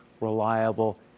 reliable